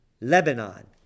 Lebanon